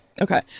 Okay